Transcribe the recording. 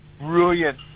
brilliant